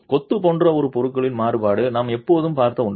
கொத்து போன்ற ஒரு பொருளின் மாறுபாடு நாம் எப்போதும் பார்த்த ஒன்று